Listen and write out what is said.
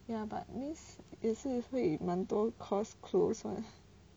ya but means 也是会蛮多 course close mah